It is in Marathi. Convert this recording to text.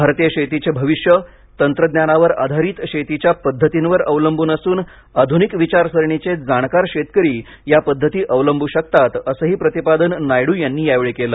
भारतीय शेतीचे भविष्य तंत्रज्ञानावर आधारित शेतीच्या पद्धतींवर अवलंबून असून आधुनिक विचारसरणीचे जाणकार शेतकरी या पद्धती अवलंबू शकतात असंही प्रतिपादन नायडू यांनी यावेळी केलं